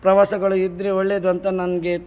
ಪ್ರವಾಸಗಳು ಇದ್ದರೆ ಒಳ್ಳೇದು ಅಂತ ನನಗೆ